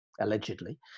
allegedly